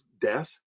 death